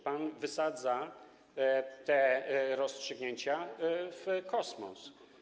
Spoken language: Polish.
Pan wysadza te rozstrzygnięcia w kosmos.